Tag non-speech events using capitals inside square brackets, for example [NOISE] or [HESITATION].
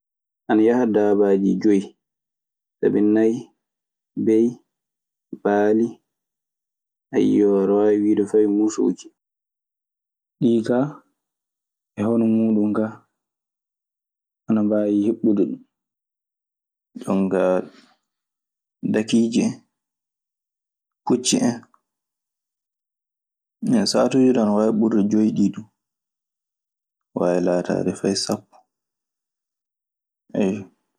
Ana yaha dabaji joyi, sabi nay, bey, abali, [HESITATION] ada wawi wiide fey mussuji. Ɗii kaa e hono muuɗun kaa ana mbaawi hiɓɓude ɗun. Jooni ka dakiije, pucci en. Sahaatuji ina waawi burɗe joyi du. Ana waawi lataade faa sappo, eyyo.